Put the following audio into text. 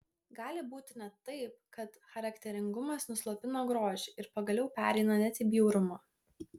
gali būti net taip kad charakteringumas nuslopina grožį ir pagaliau pereina net į bjaurumą